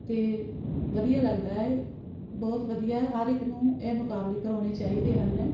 ਅਤੇ ਵਧੀਆ ਲੱਗਦਾ ਹੈ ਬਹੁਤ ਵਧੀਆ ਹਰ ਇੱਕ ਨੂੰ ਇਹ ਮੁਕਾਬਲੇ ਕਰਾਉਣੇ ਚਾਹੀਦੇ ਹਨ